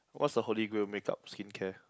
what's the holy grail makeup skincare